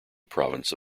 province